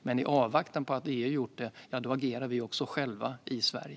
Men i avvaktan på att EU gör detta agerar vi också själva i Sverige.